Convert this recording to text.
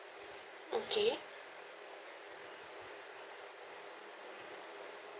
okay